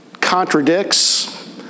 contradicts